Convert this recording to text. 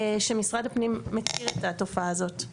שמשרד הפנים מכיר את התופעה הזאת.